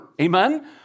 Amen